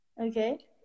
Okay